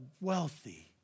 wealthy